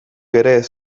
ere